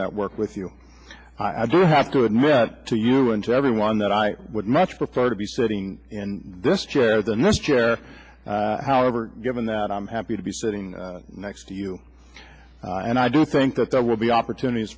that work with you i do have to admit to you and to everyone that i would much prefer to be sitting in this chair the next chair however given that i'm happy to be sitting next to you and i do think that there will be opportunit